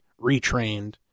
retrained